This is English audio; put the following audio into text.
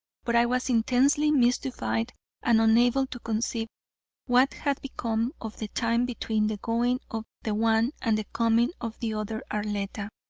but i was intensely mystified and unable to conceive what had become of the time between the going of the one and the coming of the other arletta.